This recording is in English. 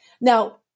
Now